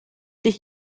dich